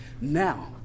Now